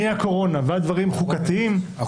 החל מהקורונה ועד דברים חוקתיים, זה